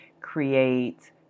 create